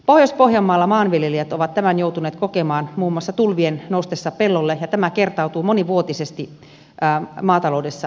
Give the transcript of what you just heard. pohjois pohjanmaalla maanviljelijät ovat tämän joutuneet kokemaan muun muassa tulvien noustessa pelloille ja tämä kertautuu monivuotisesti maataloudessa ja viljelyssä